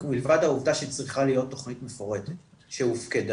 מלבד העובדה שצריכה להיות תכנית מפורטת שהופקדה,